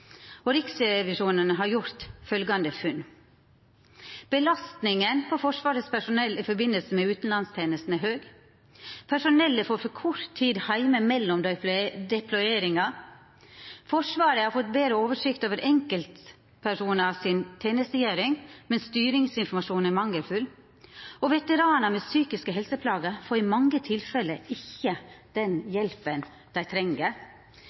Belastninga på Forsvarets personell i samband med utanlandsteneste er høg. Personellet får for kort tid heime mellom deployeringar. Forsvaret har fått betre oversikt over tenestegjeringa til enkeltpersonar, men styringsinformasjonen er mangelfull. Veteranar med psykiske helseplager får i mange tilfelle ikkje den hjelpa dei treng.